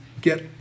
get